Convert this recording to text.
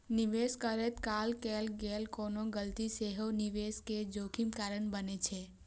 निवेश करैत काल कैल गेल कोनो गलती सेहो निवेश मे जोखिम कारण बनै छै